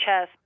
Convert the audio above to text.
chess